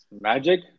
Magic